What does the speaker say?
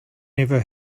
never